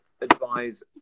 advise